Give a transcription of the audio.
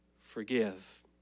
forgive